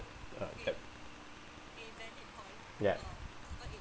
uh yup ya